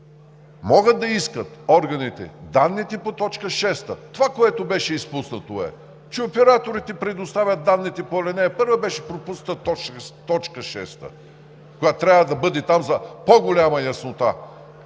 могат да искат данните по т. 6. Това, което беше изпуснато, е, че операторите предоставят данните по ал. 1, беше пропусната т. 6, която трябва да бъде там за по-голяма яснота.